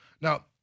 Now